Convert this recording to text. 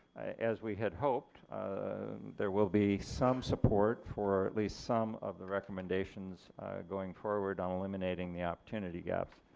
as we had hoped there will be some support for at least some of the recommendations going forward on eliminating the opportunity gaps.